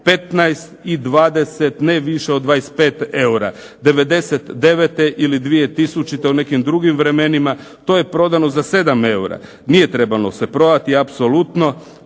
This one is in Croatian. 15 i 20, ne više od 25 eura, '99. ili 2000. u nekim drugim vremenima to je prodano za 7 eura. Nije trebalo se prodati, apsolutno,